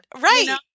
right